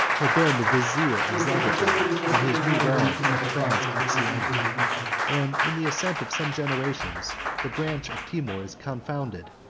had been the vizier of zagatai, in his new realm of transoxiana and in the ascent of some generations, the branch of timour is confounded,